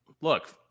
Look